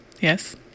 Yes